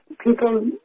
people